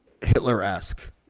hitler-esque